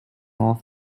off